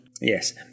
Yes